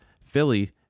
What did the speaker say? Philly